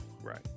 right